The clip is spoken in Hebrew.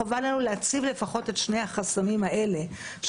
חובה עלינו להציב לפחות את שני החסמים האלה,